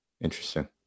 Interesting